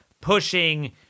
pushing